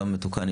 גם המתוקן,